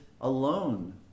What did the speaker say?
alone